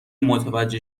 متوجه